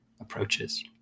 approaches